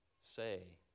say